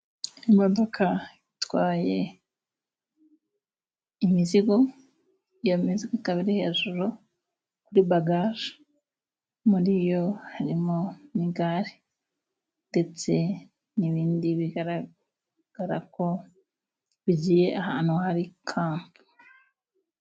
Imodoka itwaye imizigo, yamizigo ikaba iri hejuru kuri bagaje, muriyo harimo ni igare ndetse n'ibindi bigaragara ko bigiye ahantu ikambi.